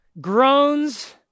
groans